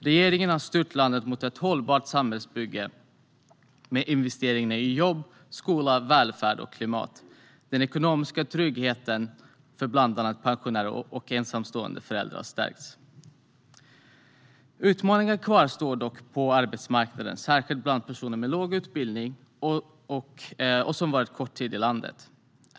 Regeringen har styrt landet mot ett hållbart samhällsbygge med investeringar i jobb, skola, välfärd och klimat. Den ekonomiska tryggheten för bland andra pensionärer och ensamstående föräldrar har stärkts. Utmaningar kvarstår dock på arbetsmarknaden, särskilt bland personer med låg utbildning och som har varit kort tid i landet.